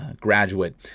graduate